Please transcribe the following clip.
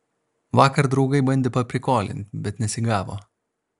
vakar draugai bandė paprikolint bet nesigavo